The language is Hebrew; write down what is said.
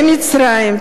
במצרים,